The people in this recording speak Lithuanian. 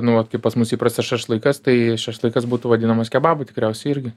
nu vat kaip pas mus įprasta šašlykas tai šašlykas būtų vadinamas kebabu tikriausiai irgi